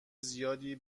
زیادی